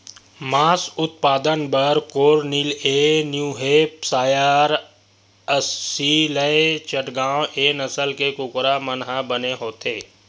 मांस उत्पादन बर कोरनिलए न्यूहेपसायर, असीलए चटगाँव ए नसल के कुकरा मन ह बने होथे